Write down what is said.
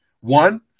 one